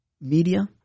media